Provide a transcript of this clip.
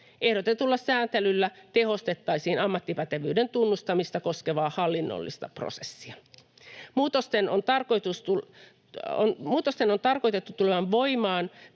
Ehdotetulla sääntelyllä tehostettaisiin ammattipätevyyden tunnustamista koskevaa hallinnollista prosessia. Muutosten on tarkoitettu tulevan voimaan